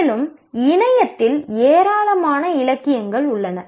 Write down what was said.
மேலும் இணையத்தில் ஏராளமான இலக்கியங்கள் உள்ளன